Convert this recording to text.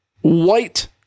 white